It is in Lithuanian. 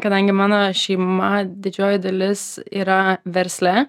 kadangi mano šeima didžioji dalis yra versle